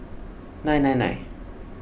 nine nine nine